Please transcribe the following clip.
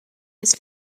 his